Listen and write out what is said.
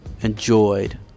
enjoyed